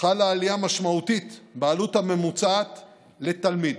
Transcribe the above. חלה עלייה משמעותית בעלות הממוצעת לתלמיד.